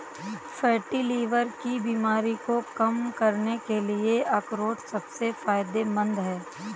fatty liver की बीमारी को कम करने के लिए अखरोट सबसे फायदेमंद है